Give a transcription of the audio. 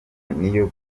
niyo